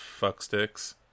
fucksticks